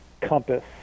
compass